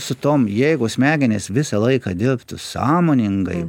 su tom jeigu smegenys visą laiką dirbtų sąmoningai